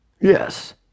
yes